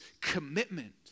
commitment